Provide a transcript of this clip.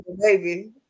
baby